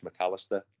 McAllister